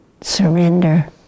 surrender